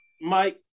Mike